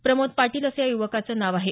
प्रमोद पाटील असं या युवकांचं नाव आहे